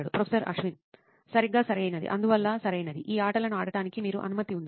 professor Ashwin సరిగ్గా సరియైనది అందువల్ల సరైనది ఈ ఆటలను ఆడటానికి మీకు అనుమతి ఉందా